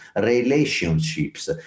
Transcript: relationships